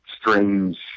strange